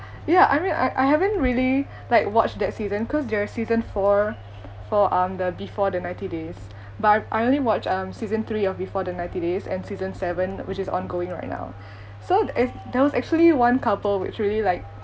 ya I mean I I haven't really like watched that season cause there are season four for um the before the ninety days but I only watch um season three of before the ninety days and season seven which is ongoing right now so it~ there was actually one couple which really like